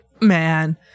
man